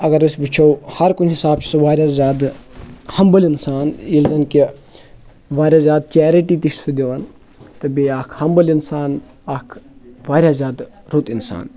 اَگَر أسۍ وُچھو ہَر کُنہِ حِسابہٕ چھُ سُہ وارِیاہ زیادٕ ہَمبٔل اِنسان ییٚلہِ زَن کہِ وارِیاہ زیادٕ چیرٹی تہِ چھُ سُہ دِوان تہٕ بیٚیہِ اَکھ ہمبٔل اِنسان اَکھ وارِیاہ زیادٕ رُت اِنسان